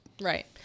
Right